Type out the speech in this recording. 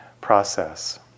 process